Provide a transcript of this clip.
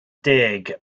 deg